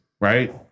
right